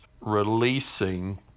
releasing